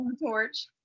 torch